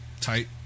tight